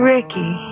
Ricky